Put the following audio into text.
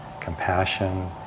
compassion